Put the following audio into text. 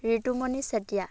Ritumoni Chetia